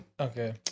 Okay